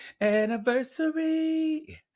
anniversary